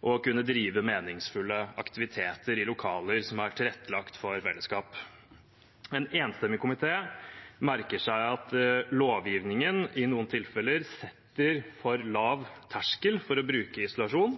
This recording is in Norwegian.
og til å kunne drive meningsfulle aktiviteter i lokaler som er tilrettelagt for fellesskap. En enstemmig komité merker seg at lovgivningen i noen tilfeller setter for lav terskel for å bruke isolasjon,